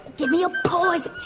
give me your paws,